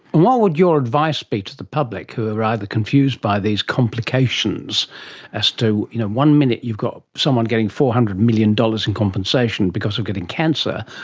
what would your advice be to the public who are either confused by these complications as to you know one minute you've got someone getting four hundred million dollars in compensation compensation because of getting cancer,